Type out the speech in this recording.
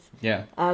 ya